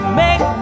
make